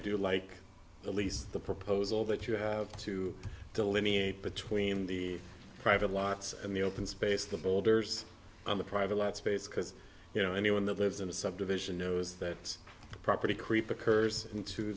do like at least the proposal that you have to delineate between the private lives and the open space the boulders the private space because you know anyone that lives in a subdivision knows that it's property creep occurs into